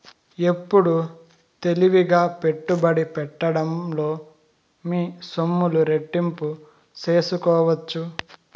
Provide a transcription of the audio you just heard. ఎప్పుడు తెలివిగా పెట్టుబడి పెట్టడంలో మీ సొమ్ములు రెట్టింపు సేసుకోవచ్చు